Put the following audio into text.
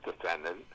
defendant